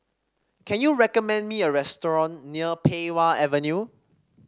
can you recommend me a restaurant near Pei Wah Avenue